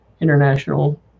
International